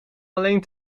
alleen